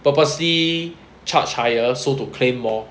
purposely charge higher so to claim more